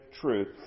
truth